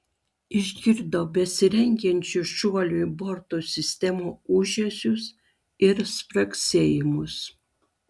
išgirdo besirengiančių šuoliui borto sistemų ūžesius ir spragsėjimus